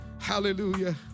Hallelujah